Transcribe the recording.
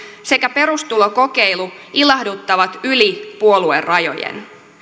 sekä perustulokokeilu ilahduttavat yli puoluerajojen